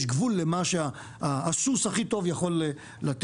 יש גבול למה שהסוס הכי טוב יכול לתת,